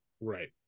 right